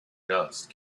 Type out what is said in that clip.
dust